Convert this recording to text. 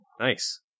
Nice